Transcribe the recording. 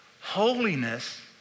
Holiness